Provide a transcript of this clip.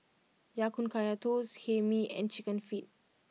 Ya Kun Kaya Toast Hae Mee and Chicken Feet